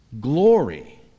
glory